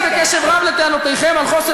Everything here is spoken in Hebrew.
הקשבתי בקשב רב לטענותיכם על חוסר